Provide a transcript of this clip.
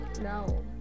No